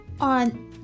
On